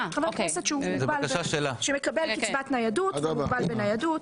חבר כנסת שמקבל קצבת ניידות, שהוא מוגבל בניידות.